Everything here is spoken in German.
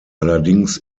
allerdings